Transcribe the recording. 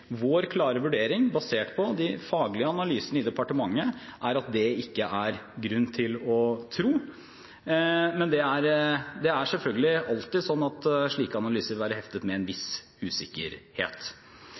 Vår klare vurdering, basert på de faglige analysene i departementet, er at det ikke er grunn til å tro det. Men slike analyser vil selvfølgelig alltid være beheftet med en viss usikkerhet. Det er